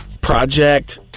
project